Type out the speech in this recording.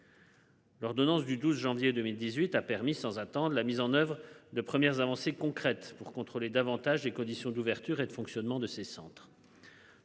L'ordonnance du 12 janvier 2018 a permis sans attendent la mise en oeuvre de premières avancées concrètes pour contrôler davantage les conditions d'ouverture et de fonctionnement de ces centres.